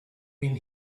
been